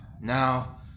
Now